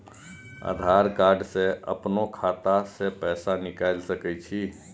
आधार कार्ड से अपनो खाता से पैसा निकाल सके छी?